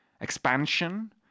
Expansion